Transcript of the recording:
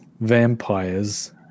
vampires